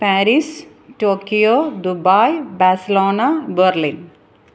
Paris Tokyo Dubai Barcelona Berlin